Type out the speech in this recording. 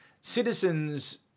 citizens